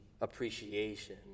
appreciation